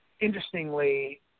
interestingly